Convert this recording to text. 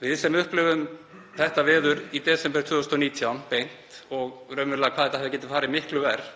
Við sem upplifðum þetta veður í desember 2019 beint, og raunverulega hvað þetta hefði getað farið miklu verr,